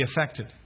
affected